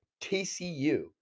TCU